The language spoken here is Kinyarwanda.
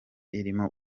irimo